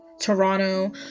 toronto